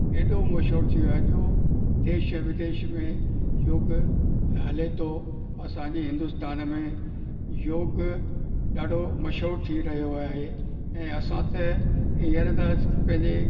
एॾो मशहूर थी वियो आहे जो देश ऐं विदेश में योग हले थो असांजे हिंदुस्तान में योग ॾाढो मशहूरु थी रहियो आहे ऐं असां त हींअर त पंहिंजे